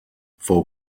fou